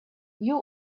you